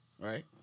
right